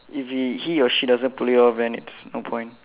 if he he or she doesn't pull it off then it's no point